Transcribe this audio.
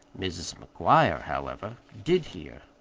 mrs. mcguire, however, did hear.